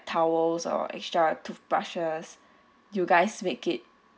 towels or extra toothbrushes you guys make it